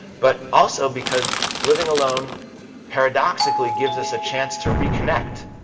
but also because living alone paradoxically gives us a chance to reconnect.